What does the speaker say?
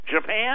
Japan